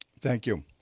thank you.